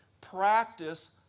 practice